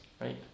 right